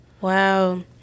Wow